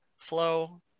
flow